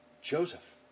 Joseph